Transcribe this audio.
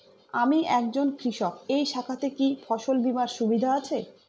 আমি একজন কৃষক এই শাখাতে কি ফসল বীমার সুবিধা আছে?